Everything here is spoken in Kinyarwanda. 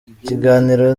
ikiganiro